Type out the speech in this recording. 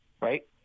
Right